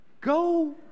Go